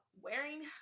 wearing